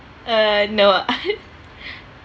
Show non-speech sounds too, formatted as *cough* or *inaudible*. err no ah *laughs*